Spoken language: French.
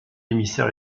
émissaire